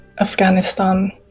Afghanistan